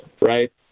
right